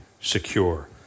secure